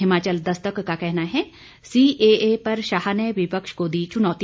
हिमाचल दस्तक का कहना है सीएए पर शाह ने विपक्ष को दी चुनौती